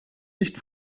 nicht